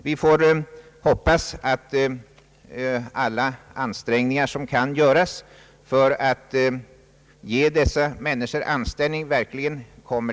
Vi får hoppas att alla ansträngningar verkligen görs för att ge dessa människor ny anställning.